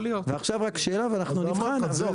אמרת את זה, תסגור